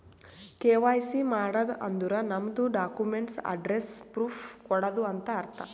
KYC ಮಾಡದ್ ಅಂದುರ್ ನಮ್ದು ಡಾಕ್ಯುಮೆಂಟ್ಸ್ ಅಡ್ರೆಸ್ಸ್ ಪ್ರೂಫ್ ಕೊಡದು ಅಂತ್ ಅರ್ಥ